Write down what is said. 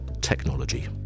technology